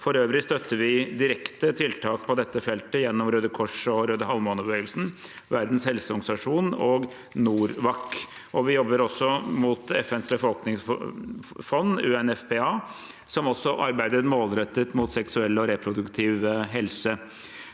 For øvrig støtter vi direkte tiltak på dette feltet gjennom Røde Kors- og Røde Halvmåne-bevegelsen, Verdens helseorganisasjon og NORWAC. Vi jobber også opp mot FNs befolkningsfond, UNFPA, som arbeider målrettet med seksuell og reproduktive helse,